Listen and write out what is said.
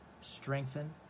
strengthen